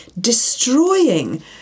destroying